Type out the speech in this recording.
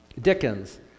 Dickens